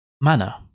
manner